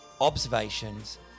observations